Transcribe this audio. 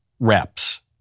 reps